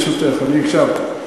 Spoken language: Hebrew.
ברשותך, אני הקשבתי.